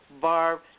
Barb